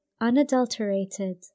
unadulterated